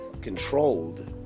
controlled